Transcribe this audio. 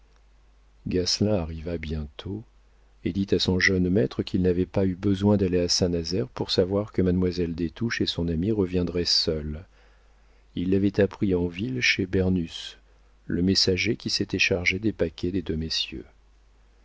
arriva bientôt et dit à son jeune maître qu'il n'avait pas eu besoin d'aller à saint-nazaire pour savoir que mademoiselle des touches et son amie reviendraient seules il l'avait appris en ville chez bernus le messager qui s'était chargé des paquets des deux messieurs